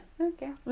okay